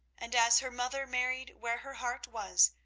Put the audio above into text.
and as her mother married where her heart was,